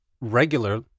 regular